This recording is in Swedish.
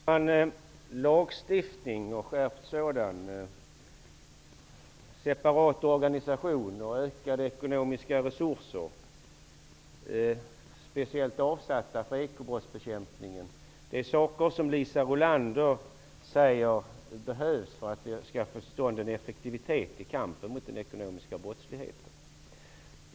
Herr talman! Lagstiftning och en skärpning av lagstiftningen, en separat organisation och ökade ekonomiska resurser speciellt avsatta för ekobrottsbekämpningen är saker som Liisa Rulander säger behövs för att vi skall få till stånd en effektivitet i kampen mot den ekonomiska brottsligheten.